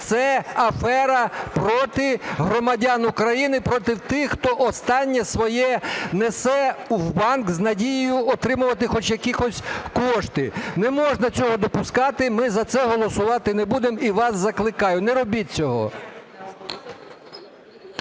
Це афера проти громадян України, проти тих, хто останнє своє несе в банк з надією отримувати хоч якісь кошти. Не можна цього допускати. Ми за це голосувати не будемо і вас закликаю. Не робіть цього.